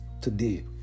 today